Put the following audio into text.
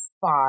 five